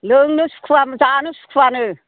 लोंनो सुखुवा जानो सुखुवानो